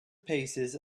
paces